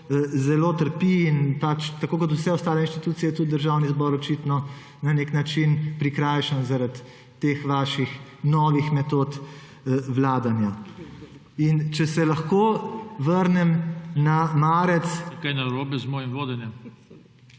zelo trpi in pač tako kot vse ostale inštitucije, tudi Državni zbor očitno na nek način prikrajšan zaradi teh vaših novih metod vladanja. In če se lahko vrnem na marec… **PODPREDSEDNIK JOŽE TANKO:**